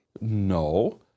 No